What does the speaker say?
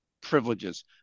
privileges